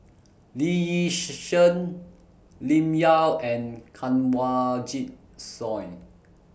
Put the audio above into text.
Lee Yi Shyan Lim Yau and Kanwaljit Soin